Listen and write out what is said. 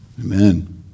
Amen